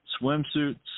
swimsuits